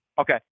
Okay